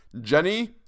Jenny